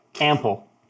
Ample